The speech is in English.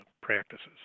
practices